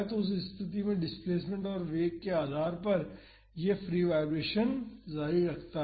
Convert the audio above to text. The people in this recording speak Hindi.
तो उस स्थिति में डिस्प्लेसमेंट और वेग के आधार पर यह फ्री वाईब्रेशन जारी रखता है